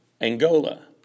Angola